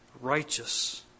righteous